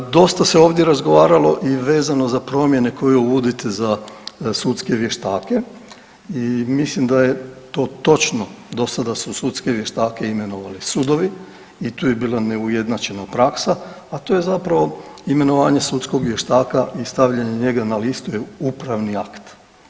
Dosta se ovdje razgovaralo i vezano za promjene koje uvodite za sudske vještake i mislim da je to točno, dosada su sudske vještake imenovali sudovi i tu je bila ne ujednačena praksa, a to je zapravo imenovanje sudskog vještaka i stavljanje njega na liste upravni akt.